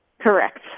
Correct